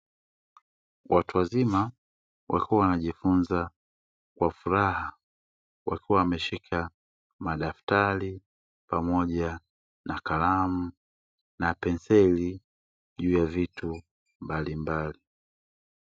Watu wazima wakiwa wanajifunza kwa furaha wakiwa wameshika madaftari pamoja na kalamu na penseli juu ya vitu mbalimbali.